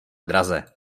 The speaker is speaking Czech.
draze